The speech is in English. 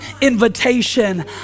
invitation